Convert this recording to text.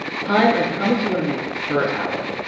time is how much you wanna make per hour.